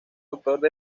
doctor